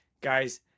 guys